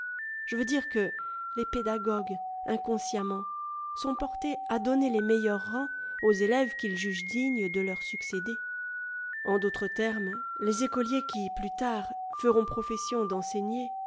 je veux dire que les pédagogues inconsciemment sont portés à donner les meilleurs rangs aux élèves qu'ils jug ent dignes de leur succéder en d'autres termes les écoliers qui plus tard feront profession d'enseigner